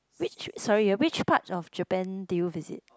which sorry ah which part of Japan did you visit